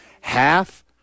Half